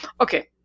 okay